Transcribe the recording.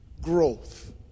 growth